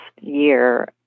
year